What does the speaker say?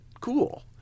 cool